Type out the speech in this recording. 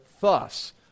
thus